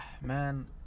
Man